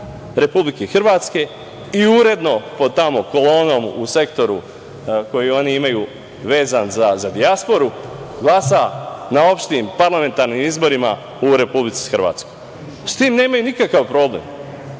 Republike Hrvatske i uredno tamo pod kolonom u sektoru koji oni imaju vezan za dijasporu glasa na opštim parlamentarnim izborima u Republici Hrvatskoj. S tim nemaju nikakav problem.